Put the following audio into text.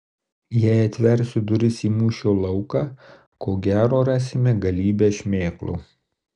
jei atversiu duris į mūšio lauką ko gero rasime galybę šmėklų